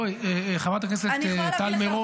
חברת הכנסת טל מירון.